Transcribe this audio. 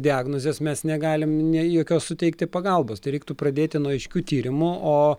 diagnozės mes negalim nei jokios suteikti pagalbos tai reiktų pradėti nuo aiškių tyrimų o